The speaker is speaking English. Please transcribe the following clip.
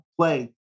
play